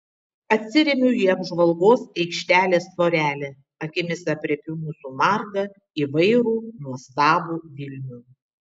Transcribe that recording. atsiremiu į apžvalgos aikštelės tvorelę akimis aprėpiu mūsų margą įvairų nuostabų vilnių